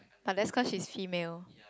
but that's cause she's female